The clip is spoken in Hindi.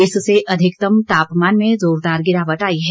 इससे अधिकतम तापमान में जोरदार गिरावट आई है